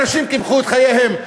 אנשים קיפחו את חייהם,